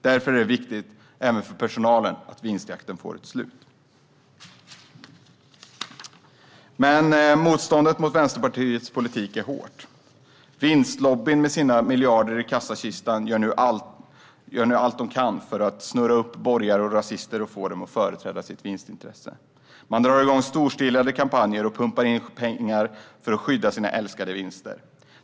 Därför är det viktigt även för personalen att vinstjakten får ett slut. Men motståndet mot Vänsterpartiets politik är hårt. Vinstlobbyn med sina miljarder i kassakistan gör nu allt för att snurra upp borgare och rasister för att få dem att företräda deras vinstintresse. Man drar igång storstilade kampanjer och pumpar in pengar för att skydda sin älskade vinster.